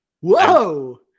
whoa